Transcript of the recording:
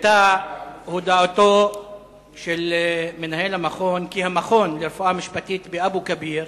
הוקלטה הודאתו של מנהל המכון לרפואה משפטית באבו-כביר